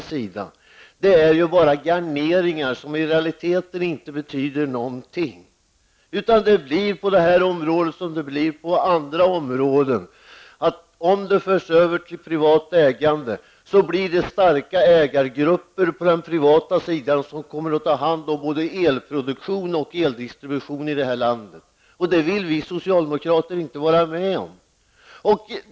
Detta är bara garneringar som i realiteten inte betyder någonting. Det kommer att bli på detta område som det blir på andra områden. Om Vattenfall förs över till privat ägande kommer starka ägargrupper på den privata sidan att ta hand om både elproduktion och eldistribution i detta land, och det vill vi socialdemokrater inte vara med om.